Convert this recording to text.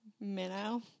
Minnow